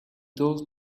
those